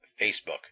Facebook